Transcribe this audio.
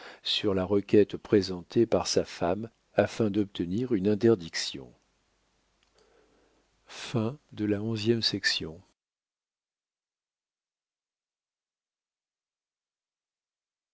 sur la requête présentée par sa femme afin d'obtenir une interdiction la